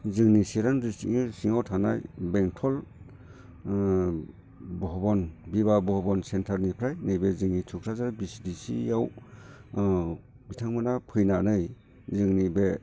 जोंनि चिरां ड्रिसटिकनि सिङाव थानाय बेंथल बिबाह भबन सेन्टारनिफ्राय नैबे जोंनि थुक्राझार भि सि डि सि आव बिथांमोना फैनानै जोंनि बे